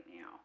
now